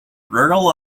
rural